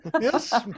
Yes